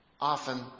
Often